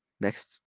next